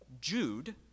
Jude